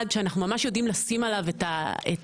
שאנחנו ממש יודעים לשים עליו את האצבע,